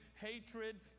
hatred